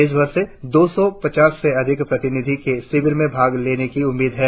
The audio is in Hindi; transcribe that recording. देश भर से दो सौ पचास से अधिक प्रतिनिधियो के शिविर में भाग लेने की उम्मीद है